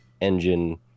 engine